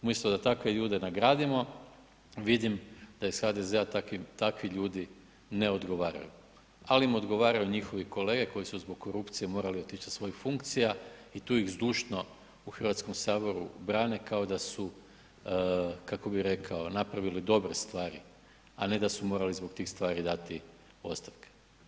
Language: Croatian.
Umjesto da takve ljude nagradimo, vidim da iz HDZ-a takvi ljudi ne odgovaraju, ali im odgovaraju njihovi kolege koji su zbog korupcije morali otići sa svojih funkcija i tu ih zdušno u Hrvatskom saboru brane kao da su napravili dobre stvari, a ne da su morali zbog tih stvari dati ostavku.